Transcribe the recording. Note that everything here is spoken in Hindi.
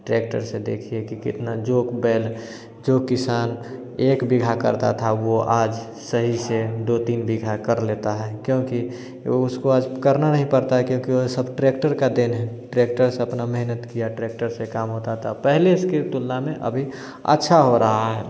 ट्रैक्टर से देखिए कि कितना जोक बैल जो किसान एक बिघा करता था वह आज सही से दो तीन बीघा कर लेता है क्योंकि वह उसको आज करना नहीं पड़ता है क्योंकि वह सब ट्रैक्टर की देन है ट्रैक्टर से अपना मेहनत किया ट्रैक्टर से काम होता था पहले इसकी तुलना में अभी अच्छा हो रहा है